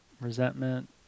resentment